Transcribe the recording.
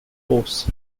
force